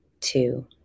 two